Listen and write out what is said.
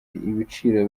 ibiciro